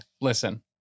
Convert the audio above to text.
listen